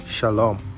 Shalom